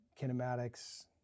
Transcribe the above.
kinematics